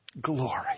Glory